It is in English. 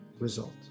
Result